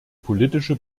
politische